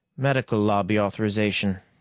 medical lobby authorization.